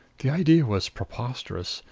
the idea was preposterous.